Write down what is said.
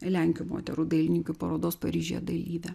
lenkių moterų dailininkių parodos paryžiuje dalyve